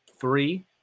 three